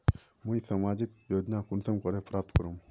मुई सामाजिक योजना कुंसम करे प्राप्त करूम?